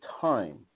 time